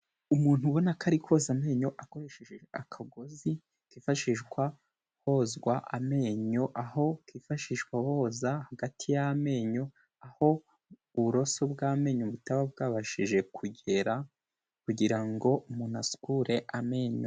Umuntu ubona ko ari koza amenyo akoresheje akagozi kifashishwa hozwa amenyo, aho kifashishwa boza hagati y' amenyo aho uburoso bw'amenyo butaba bwabashije kugera kugira ngo umuntu asukure amenyo.